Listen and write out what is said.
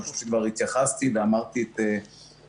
אני חושב שכבר התייחסתי ואמרתי את דעתנו.